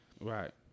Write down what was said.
right